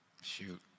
shoot